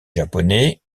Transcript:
japonais